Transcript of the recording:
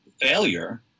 failure